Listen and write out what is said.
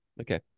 Okay